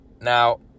Now